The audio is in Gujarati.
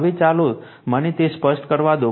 હવે ચાલો મને તે સ્પષ્ટ કરવા દો